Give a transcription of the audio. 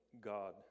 God